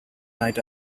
night